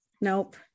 Nope